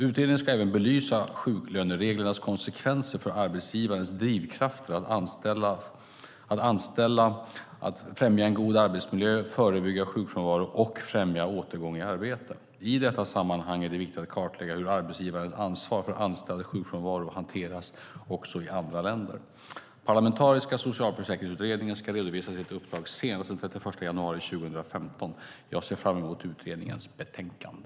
Utredningen ska även belysa sjuklönereglernas konsekvenser för arbetsgivarens drivkrafter att anställa, främja en god arbetsmiljö, förebygga sjukfrånvaro och främja återgång i arbete. I detta sammanhang är det viktigt att kartlägga hur arbetsgivarens ansvar för anställdas sjukfrånvaro hanteras också i andra länder. Parlamentariska socialförsäkringsutredningen ska redovisa sitt uppdrag senast den 31 januari 2015. Jag ser fram emot utredningens betänkande.